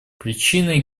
причиной